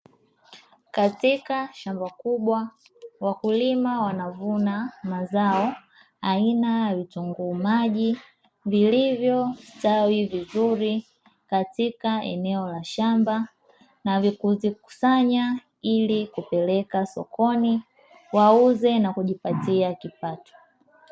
Katika shamba kubwa wakulima wanavuna mazao aina ya vitunguu maji vilivyostawi vizuri katika eneo la shamba na kuvikusanya ili kupeleka sokoni wauze na kujipatia kipato.